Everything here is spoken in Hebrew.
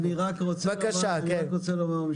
בבקשה, אביגדור.